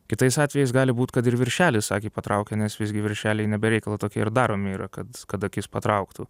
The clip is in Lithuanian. kitais atvejais gali būt kad ir viršelis akį patraukia nes visgi viršeliai ne be reikalo tokie ir daromi yra kad kad akis patrauktų